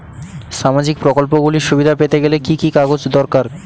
সামাজীক প্রকল্পগুলি সুবিধা পেতে গেলে কি কি কাগজ দরকার?